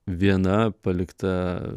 viena palikta